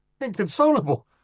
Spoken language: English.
Inconsolable